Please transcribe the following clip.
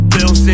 Bill